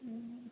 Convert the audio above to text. हुँ